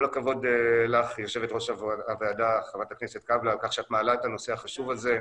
כל הכבוד לך יו"ר הוועדה ח"כ קאבלה על שאת מעלה את הנושא החשוב הזה,